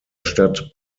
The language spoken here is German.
stadt